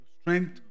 Strength